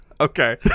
Okay